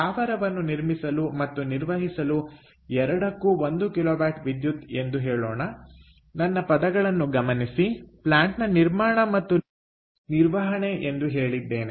ಸ್ಥಾವರವನ್ನು ನಿರ್ಮಿಸಲು ಮತ್ತು ನಿರ್ವಹಿಸಲು ಎರಡಕ್ಕೂ 1 ಕಿಲೋವ್ಯಾಟ್ ವಿದ್ಯುತ್ ಎಂದು ಹೇಳೋಣ ನನ್ನ ಪದಗಳನ್ನು ಗಮನಿಸಿ ಪ್ಲಾಂಟ್ನ ನಿರ್ಮಾಣ ಮತ್ತು ನಿರ್ವಹಣೆ ಎಂದು ಹೇಳಿದ್ದೇನೆ